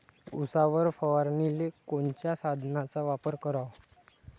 उसावर फवारनीले कोनच्या साधनाचा वापर कराव?